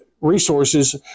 resources